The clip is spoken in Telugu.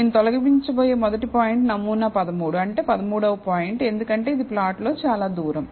నేను తొలగించబోయే మొదటి పాయింట్ నమూనా 13 అంటే 13 వ పాయింట్ ఎందుకంటే ఇది ప్లాట్లో చాలా దూరం